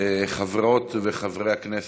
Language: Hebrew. היו"ר יחיאל חיליק בר: חברות וחברי הכנסת,